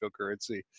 cryptocurrency